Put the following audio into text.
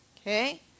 Okay